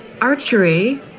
archery